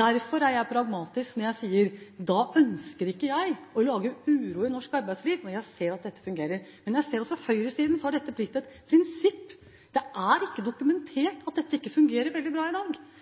Derfor er jeg pragmatisk når jeg sier: Jeg ønsker ikke å lage uro i norsk arbeidsliv når jeg ser at dette fungerer. Men jeg ser også at for høyresiden har dette blitt et prinsipp. Det er ikke dokumentert at dette ikke fungerer